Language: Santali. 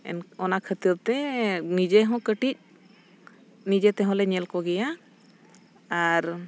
ᱮᱱ ᱚᱱᱟ ᱠᱷᱟᱹᱛᱤᱨ ᱛᱮ ᱱᱤᱡᱮ ᱦᱚᱸ ᱠᱟᱹᱴᱤᱡ ᱱᱤᱡᱮ ᱛᱮᱦᱚᱸ ᱞᱮ ᱧᱮᱞ ᱠᱚᱜᱮᱭᱟ ᱟᱨ